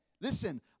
listen